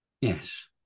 Yes